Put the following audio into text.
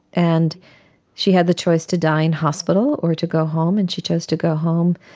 and she had the choice to die in hospital or to go home, and she chose to go home.